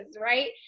right